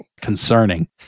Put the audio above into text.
concerning